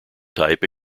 type